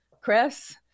chris